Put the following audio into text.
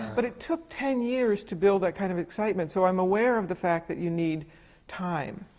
but it took ten years to build that kind of excitement. so i'm aware of the fact that you need time.